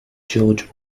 george